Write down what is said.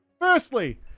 Firstly